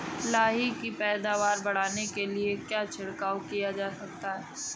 लाही की पैदावार बढ़ाने के लिए क्या छिड़काव किया जा सकता है?